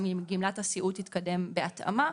גם גמלת הסיעוד תתקדם בהתאמה.